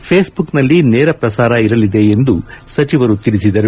ಫೇಸ್ಬುಕ್ನಲ್ಲಿ ನೇರ ಪ್ರಸಾರ ಇರಲಿದೆ ಎಂದು ಸಚಿವರು ತಿಳಿಸಿದರು